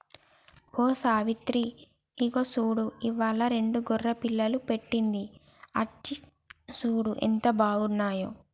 ఓ సావిత్రి ఇగో చూడు ఇవ్వాలా రెండు గొర్రె పిల్లలు పెట్టింది అచ్చి సూడు ఎంత బాగున్నాయో